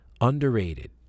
underrated